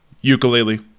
Ukulele